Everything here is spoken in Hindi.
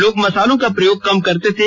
लोग मसालों का प्रयोग कम करते थे